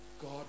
God